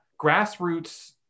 grassroots